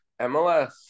MLS